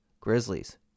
Grizzlies